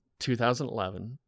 2011